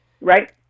Right